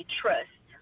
trust